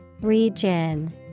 Region